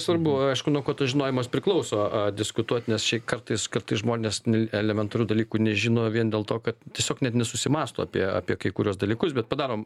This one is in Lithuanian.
svarbu aišku nuo ko tas žinojimas priklauso a a diskutuot nes šiai kartais kartais žmonės ne elementarių dalykų nežino vien dėl to kad tiesiog net nesusimąsto apie apie kai kuriuos dalykus bet padarom